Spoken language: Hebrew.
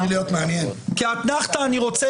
אני רוצה